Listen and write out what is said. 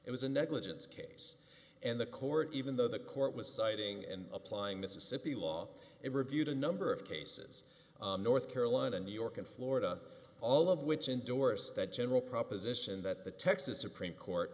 it was a negligence case and the court even though the court was citing and applying mississippi law it reviewed a number of cases north carolina new york and florida all of which indorsed that general proposition that the texas supreme court